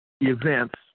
events